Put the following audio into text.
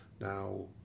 Now